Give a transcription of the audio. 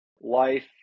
life